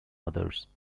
others